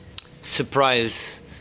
surprise